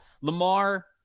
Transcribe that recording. Lamar